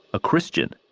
a christian,